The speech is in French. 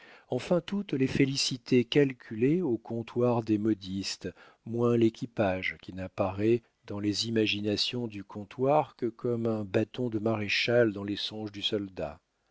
enfin toutes les félicités calculées au comptoir des modistes moins l'équipage qui n'apparaît dans les imaginations du comptoir que comme un bâton de maréchal dans les songes du soldat